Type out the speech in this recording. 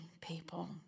people